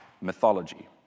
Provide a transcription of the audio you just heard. mythology